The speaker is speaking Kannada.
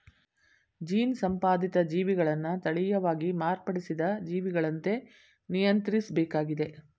ಜೀನ್ ಸಂಪಾದಿತ ಜೀವಿಗಳನ್ನ ತಳೀಯವಾಗಿ ಮಾರ್ಪಡಿಸಿದ ಜೀವಿಗಳಂತೆ ನಿಯಂತ್ರಿಸ್ಬೇಕಾಗಿದೆ